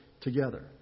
together